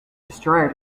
destroyer